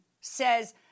says